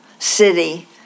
city